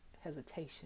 hesitation